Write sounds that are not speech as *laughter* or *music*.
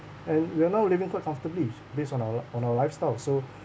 and we're now living quite comfortably based on our on our lifestyle so *breath*